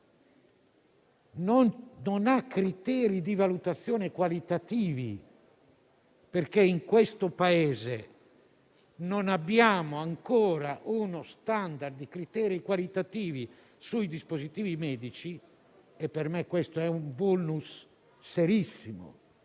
non ha criteri di valutazione qualitativi, perché in questo Paese non abbiamo ancora uno *standard* di criteri qualitativi sui dispositivi medici (per me questo è un *vulnus* serissimo